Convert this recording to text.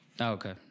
Okay